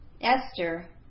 Esther